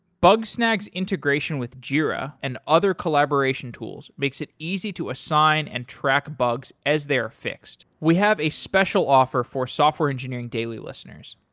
bugsnag's integration with jira and other collaboration tools makes it easy to assign and track bugs as they're fixed. we have a special offer for software engineering daily listeners.